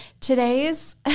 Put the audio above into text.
today's